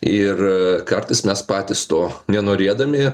ir kartais mes patys to nenorėdami